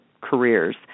careers